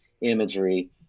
imagery